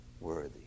worthy